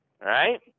Right